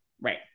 right